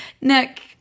Nick